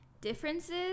differences